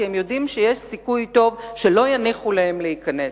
כי הם יודעים שיש סיכוי טוב שלא יניחו להם להיכנס,